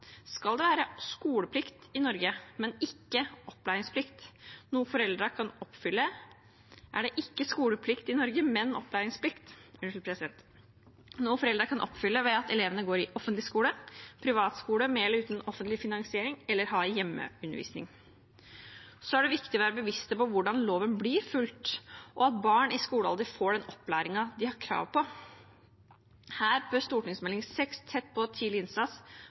er det ikke skoleplikt i Norge, men opplæringsplikt, noe foreldrene kan oppfylle ved at elevene går i offentlig skole, i privat skole med eller uten offentlig finansiering eller har hjemmeundervisning. Det er viktig å være bevisst på hvordan loven blir fulgt, og at barn i skolealder får den opplæringen de har krav på. Her bør Meld. St. 6 for 2019–2020, Tett på – tidlig innsats,